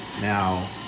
Now